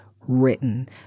written